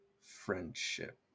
friendship